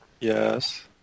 Yes